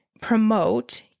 promote